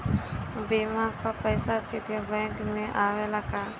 बीमा क पैसा सीधे बैंक में आवेला का?